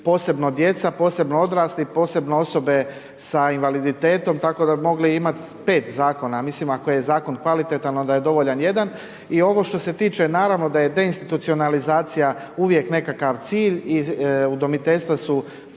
posebno djeca, posebno odrasli, posebno osobe sa invaliditetom, tako da bi mogli imat 5 zakona. Mislim ako je zakon kvalitetan, onda je dovoljan jedan. I ovo što se tiče, naravno da je de institucionalizacija uvijek nekako cilj i udomiteljstva su